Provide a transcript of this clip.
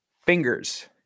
fingers